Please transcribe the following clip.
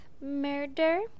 murder